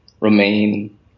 remain